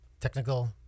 technical